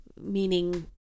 meaning